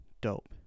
Dope